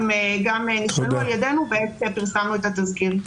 הן גם נשאלו על ידינו בעת שפרסמנו את התזכיר.